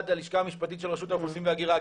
הלשכה המשפטית של רשות האוכלוסין וההגירה,